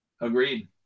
agreed